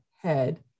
head